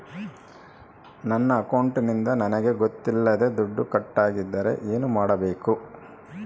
ನನ್ನ ಅಕೌಂಟಿಂದ ನನಗೆ ಗೊತ್ತಿಲ್ಲದೆ ದುಡ್ಡು ಕಟ್ಟಾಗಿದ್ದರೆ ಏನು ಮಾಡಬೇಕು?